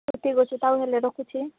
ହଉ ଠିକ୍ ଅଛି ତାହେଲେ ରଖୁଛି